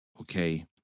okay